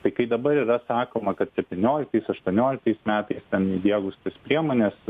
tai kai dabar yra sakoma kad septynioliktais aštuonioliktais metais ten įdiegus tas priemones